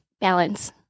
balance